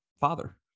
father